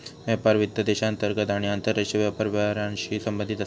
व्यापार वित्त देशांतर्गत आणि आंतरराष्ट्रीय व्यापार व्यवहारांशी संबंधित असता